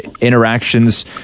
interactions